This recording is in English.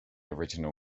original